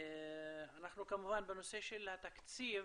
בנושא של התקציב,